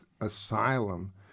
asylum